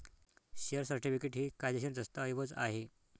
share certificate हे कायदेशीर दस्तऐवज आहे